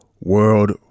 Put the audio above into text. world